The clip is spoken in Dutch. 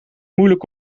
moeilijk